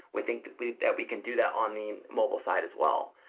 we think that we that we can do that on the mobile side as well.